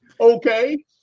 Okay